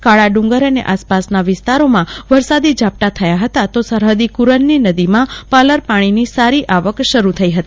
કાળાડુંગર અને આસપાસના વિસ્તારોમાં વરસાદી ઝાપટા થયા હતા તો સરહદી કુરનની નદીમાં પાલર પાણીની આવક શરૂ થઈ હતી